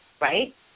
right